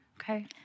Okay